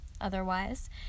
otherwise